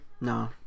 No